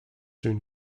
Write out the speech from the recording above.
soon